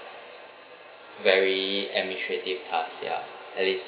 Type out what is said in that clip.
very administrative task ya at least